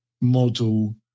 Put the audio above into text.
model